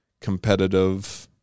competitive